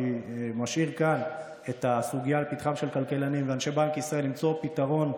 אני משאיר כאן את הסוגיה לפתחם של כלכלנים ואנשי בנק ישראל למצוא פתרון.